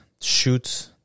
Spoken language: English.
shoot